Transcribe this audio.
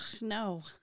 no